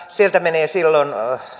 sieltä menee silloin